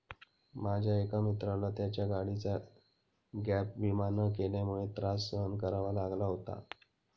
माझ्या एका मित्राला त्याच्या गाडीचा गॅप विमा न केल्यामुळे त्रास सहन करावा लागला होता